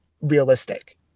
realistic